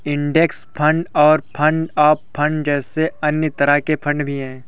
index fund और fund of fund जैसे अन्य तरह के फण्ड भी हैं